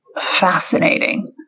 fascinating